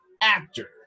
actor